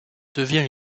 devient